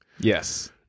yes